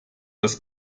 dass